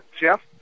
Jeff